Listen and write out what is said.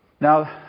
Now